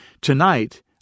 Tonight